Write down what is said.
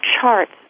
charts